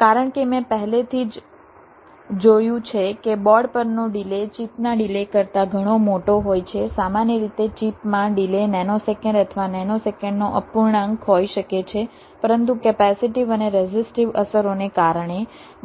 કારણ કે મેં પહેલેથી જ જોયું છે કે બોર્ડ પરનો ડિલે ચિપના ડિલે કરતા ઘણો મોટો હોય છે સામાન્ય રીતે ચિપમાં ડિલે નેનોસેકન્ડ અથવા નેનોસેકન્ડનો અપૂર્ણાંક હોઈ શકે છે પરંતુ કેપેસિટીવ અને રેઝિસ્ટીવ અસરોને કારણે